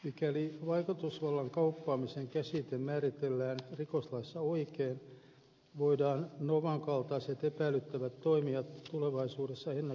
mikäli vaikutusvallan kauppaamisen käsite määritellään rikoslaissa oikein voidaan novan kaltaiset epäilyttävät toimijat tulevaisuudessa ennakolta eliminoida